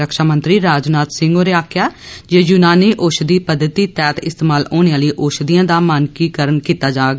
रक्षामंत्री राजनाथ सिंह होरें आक्खेया जे यूनानी औषधीय पद्धति तैहत इस्तेमाल होने आलियें औषधियें दा मानकीकरण कीता जाग